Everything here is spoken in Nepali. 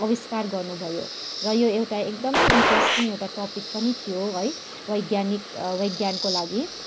आविष्कार गर्नु भयो र यो एउटा एकदमै इन्ट्रेस्टिङ एउटा टपिक पनि थियो है बैज्ञानिक बिज्ञानको लागि